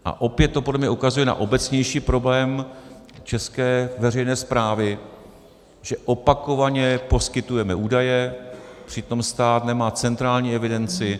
A opět to podle mě ukazuje na obecnější problém české veřejné správy, že opakovaně poskytujeme údaje, přitom stát nemá centrální evidenci.